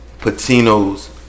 Patino's